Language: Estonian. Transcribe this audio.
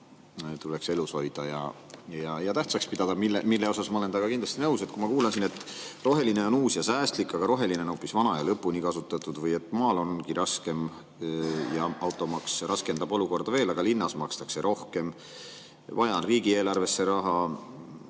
tuleks elus hoida ja ka tähtsaks pidada, milles ma olen temaga kindlasti nõus. Kui ma kuulasin – roheline on uus ja säästlik, aga roheline on hoopis vana ja lõpuni kasutatud; või et maal ongi raskem ja automaks raskendab olukorda veel, aga linnas makstakse rohkem; vaja on riigieelarvesse raha